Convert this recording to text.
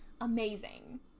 amazing